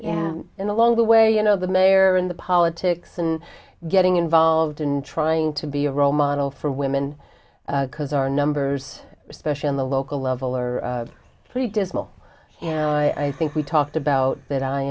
in along the way you know the mayor and the politics and getting involved in trying to be a role model for women because our numbers especially on the local level are pretty dismal and i think we talked about that i